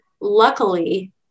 luckily